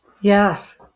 Yes